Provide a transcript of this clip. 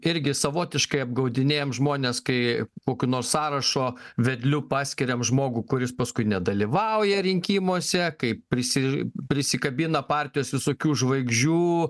irgi savotiškai apgaudinėjam žmones kai kokiu nors sąrašo vedliu paskiriam žmogų kuris paskui nedalyvauja rinkimuose kaip prisi prisikabina partijos visokių žvaigždžių